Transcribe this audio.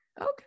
okay